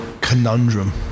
conundrum